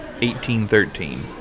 1813